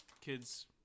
kids